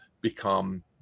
become